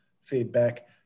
feedback